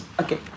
okay